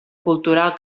cultural